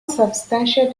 substantial